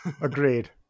Agreed